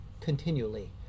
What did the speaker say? continually